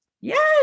Yes